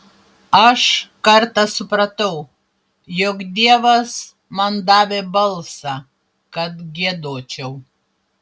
aš kartą supratau jog dievas man davė balsą kad giedočiau